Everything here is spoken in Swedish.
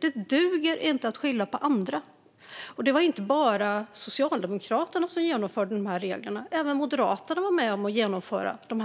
Det duger inte att skylla på andra. Det var inte bara Socialdemokraterna som införde dessa regler - även Moderaterna var med om att införa dem.